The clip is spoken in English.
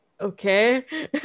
okay